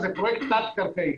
זה פרויקט תת קרקעי.